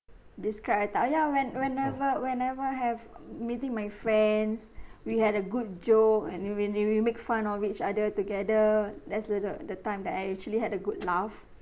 describe a time ya when whenever whenever I have meeting my friends we had a good joke and really we make fun of each other together that's the the the time that I actually had a good laugh